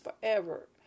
forever